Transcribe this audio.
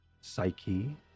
psyche